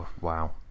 wow